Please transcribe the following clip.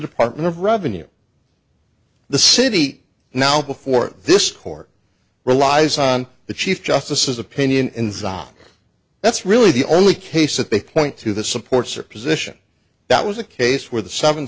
department of revenue the city now before this court relies on the chief justices opinion in zante that's really the only case that they point to that supports your position that was a case where the seven